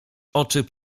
oczy